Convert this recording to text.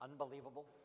unbelievable